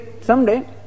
someday